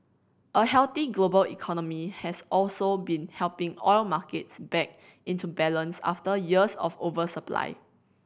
a healthy global economy has also been helping oil markets back into balance after years of oversupply